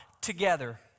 together